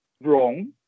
wrong